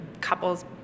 couple's